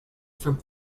from